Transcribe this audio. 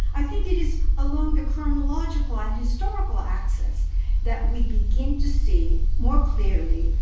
i think it is along the chronological and historical axis that we begin to see more clearly